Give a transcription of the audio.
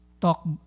talk